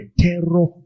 terror